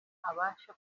abashe